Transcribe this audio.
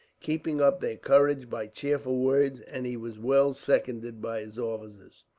keeping up their courage by cheerful words, and he was well seconded by his officers.